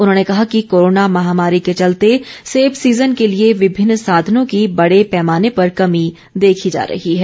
उन्होंने कहा कि कोरोना महामारी के चलते सेब सीजन के लिए विभिन्न साधनों की बड़े पैमाने पर कमी देखी जा रही है